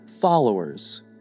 followers